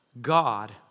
God